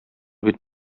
бит